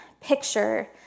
picture